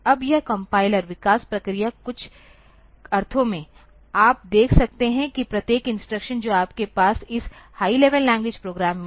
अब यह कम्पाइलर विकास प्रक्रिया कुछ अर्थों में आप देख सकते हैं कि प्रत्येक इंस्ट्रक्शन जो आपके पास इस हाई लेवल लैंग्वेज प्रोग्राम में